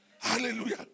Hallelujah